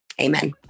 amen